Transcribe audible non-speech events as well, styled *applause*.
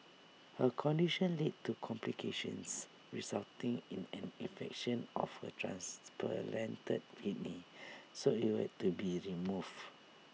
her condition led to complications resulting in an infection of her *unintelligible* kidney so you had to be removed